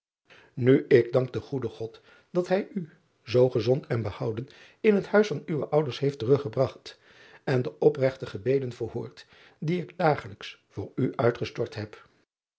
u ik dank den goeden od dat ij u zoo gezond en behouden in het huis van uwe ouders heeft teruggebragt en de opregte gebeden verhoord die ik dagelijks voor u uitgestort heb